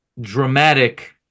dramatic